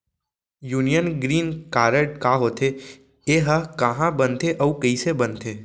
Union green card का होथे, एहा कहाँ बनथे अऊ कइसे बनथे?